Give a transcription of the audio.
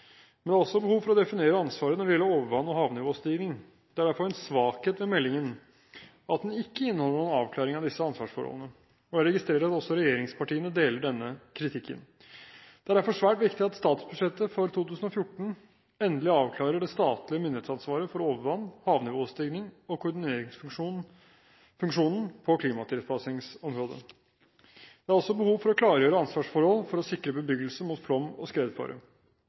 Men det er også behov for å definere ansvaret når det gjelder overvann og havnivåstigning. Det er derfor en svakhet ved meldingen at den ikke inneholder noen avklaring av disse ansvarsforholdene. Jeg registrerer at også regjeringspartiene deler denne kritikken. Det er derfor svært viktig at statsbudsjettet for 2014 endelig avklarer det statlige myndighetsansvaret for overvann, havnivåstigning og koordineringsfunksjonen på klimatilpasningsområdet. Det er også behov for å klargjøre ansvarsforhold for å sikre bebyggelse mot flom og skredfare.